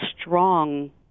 strong